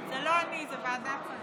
זה לא אני, זה ועדת שרים.